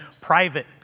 private